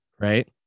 right